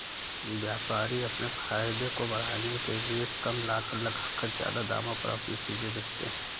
व्यापारी अपने फायदे को बढ़ाने के लिए कम लागत लगाकर ज्यादा दामों पर अपनी चीजें बेचते है